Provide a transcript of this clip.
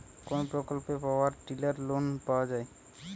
কোন প্রকল্পে power tiller লোনে পাওয়া য়ায়?